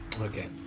Okay